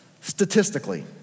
statistically